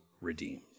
redeemed